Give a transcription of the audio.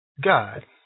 God